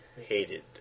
hated